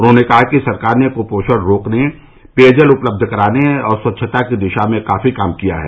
उन्होंने कहा कि सरकार ने क्पोषण रोकने पेयजल उपलब्ध कराने और स्वच्छता की दिशा में काफी काम किया है